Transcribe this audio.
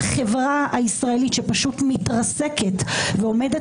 החברה הישראלית שפשוט מתרסקת וועומדת